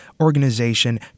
organization